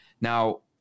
Now